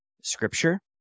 scripture